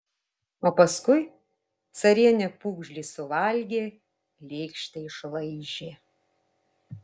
o paskui carienė pūgžlį suvalgė lėkštę išlaižė